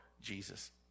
Jesus